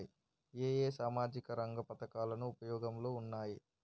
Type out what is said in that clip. ఏ ఏ సామాజిక రంగ పథకాలు ఉపయోగంలో ఉన్నాయి?